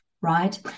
right